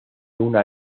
una